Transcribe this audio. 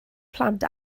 plant